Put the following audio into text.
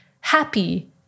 happy